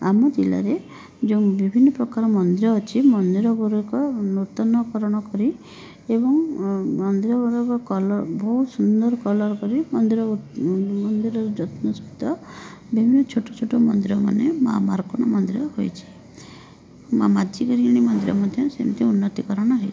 ଆମ ଜିଲ୍ଲାରେ ଯୋଉଁ ବିଭିନ୍ନ ପ୍ରକାର ମନ୍ଦିର ଅଛି ମନ୍ଦିରଗୁଡ଼ିକ ନୂତନକରଣ କରି ଏବଂ ମନ୍ଦିରଗୁଡ଼ିକ କଲର୍ ବହୁ ସୁନ୍ଦର କଲର୍ କରି ମନ୍ଦିର ମନ୍ଦିର ମନ୍ଦିରର ଯତ୍ନ ସହିତ ବିଭିନ୍ନ ଛୋଟ ଛୋଟ ମନ୍ଦିରମାନେ ମାଁ ମର୍କୋଣି ମନ୍ଦିର ହୋଇଛି ମାଁ ମାଝିଗିରି ମନ୍ଦିର ମଧ୍ୟ ସେମିତି ଉନ୍ନତୀକରଣ ହେଇଛି